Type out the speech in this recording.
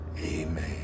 amen